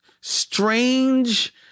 strange